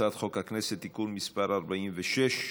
הצעת חוק הכנסת (תיקון מס' 46),